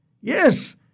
Yes